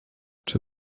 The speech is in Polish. czy